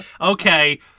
okay